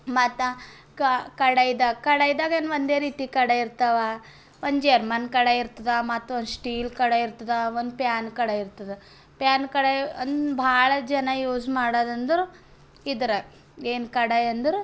ಮತ್ತು ಕಡಾಯಿದಾಗ ಕಡಾಯಿದಾಗೇನು ಒಂದೇ ರೀತಿ ಕಡಾಯಿ ಇರ್ತಾವ ಒಂದು ಜರ್ಮನ್ ಕಡಾಯಿ ಇರ್ತದ ಮತ್ತೊಂದು ಸ್ಟೀಲ್ ಕಡಾಯಿ ಇರ್ತದ ಒಂದು ಪ್ಯಾನ್ ಕಡಾಯಿ ಇರ್ತದ ಪ್ಯಾನ್ ಕಡಾಯಿ ಅಂದು ಭಾಳ ಜನ ಯೂಸ್ ಮಾಡೋದಂದ್ರೆ ಇದ್ರು ಏನು ಕಡಾಯಿ ಅಂದ್ರೆ